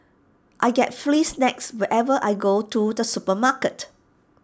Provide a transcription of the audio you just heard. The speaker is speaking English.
I get free snacks whenever I go to the supermarket